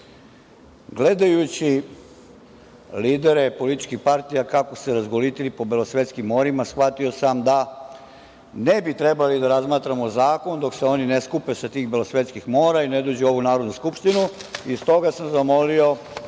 avgusta. Gledajući lidere političkih partija kako su se razgolitili po belosvetskim morima, shvatio sam da ne bi trebali da razmatramo zakon dok se oni ne skupe sa tih belosvetskih mora i ne dođu u ovu Narodnu skupštinu. Iz toga sam zamolio